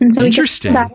Interesting